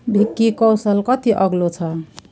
भिक्की कौशल कति अग्लो छ